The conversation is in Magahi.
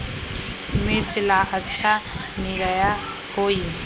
मिर्च ला अच्छा निरैया होई?